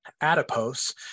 adipose